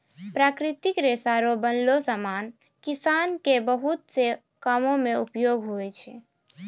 प्राकृतिक रेशा रो बनलो समान किसान के बहुत से कामो मे उपयोग हुवै छै